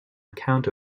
account